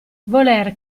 voler